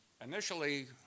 initially